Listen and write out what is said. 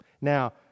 Now